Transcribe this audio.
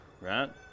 Right